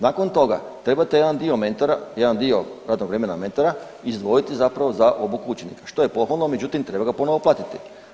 Nakon toga trebate jedan dio mentora, jedan dio radnog vremena mentora izdvojiti zapravo za obuku učenika što je pohvalno, međutim treba ga ponovo platiti.